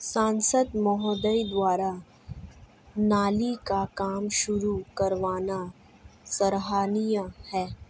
सांसद महोदय द्वारा नाली का काम शुरू करवाना सराहनीय है